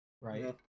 right